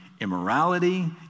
immorality